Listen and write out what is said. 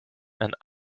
and